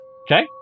Okay